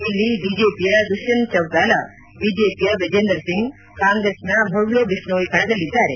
ಇಲ್ಲಿ ಜೆಜೆಪಿಯ ದುಷ್ಕಂತ್ ಚೌತಾಲ ಬಿಜೆಪಿಯ ಬ್ರಿಜೆಂದರ್ ಸಿಂಗ್ ಕಾಂಗ್ರೆಸ್ನ ಭವ್ಯ ಬಿಷ್ಣೋಯ್ ಕಣದಲ್ಲಿದ್ದಾರೆ